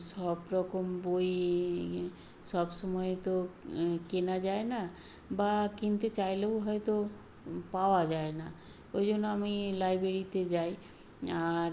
সবরকম বই সবসময় তো কেনা যায় না বা কিনতে চাইলেও হয়তো পাওয়া যায় না ওই জন্য আমি লাইব্রেরিতে যাই আর